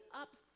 up